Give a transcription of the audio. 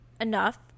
enough